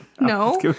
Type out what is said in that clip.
no